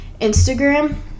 Instagram